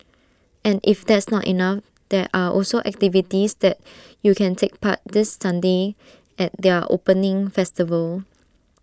and if that's not enough there are also activities that you can take part this Sunday at their opening festival